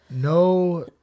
no